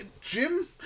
jim